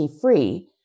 free